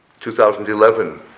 2011